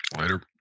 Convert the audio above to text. Later